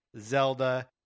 Zelda